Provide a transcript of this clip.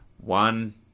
One